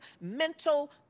mental